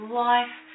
life